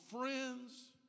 friends